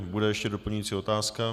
Bude ještě doplňující otázka?